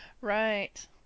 right